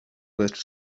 bez